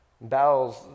Bowels